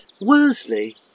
Worsley